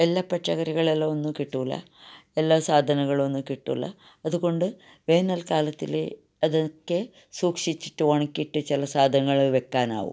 എല്ലാ പച്ചക്കറികളൊന്നും കിട്ടുകയില്ല എല്ലാ സാധനങ്ങളൊന്നും കിട്ടുകയില്ല അതുകൊണ്ട് വേനൽകാലത്തിലെ അതൊക്കെ സൂക്ഷിച്ചിട്ട് ഉണക്കിയിട്ട് ചില സാധനങ്ങള് വെക്കാനാകും